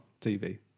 TV